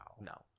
no